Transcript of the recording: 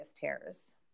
tears